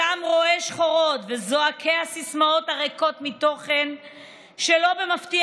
אותם רואי השחורות וזועקי הסיסמאות הריקות מתוכן לא במפתיע